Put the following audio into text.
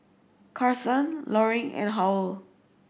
Carsen Loring and Howell